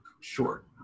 short